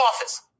office